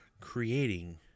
creating